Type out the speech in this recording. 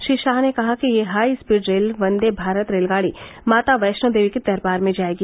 श्री शाह ने कहा कि ये high speed rail Vande Bharat रेलगाड़ी माता वैष्णों देवी के दरबार में जाएगी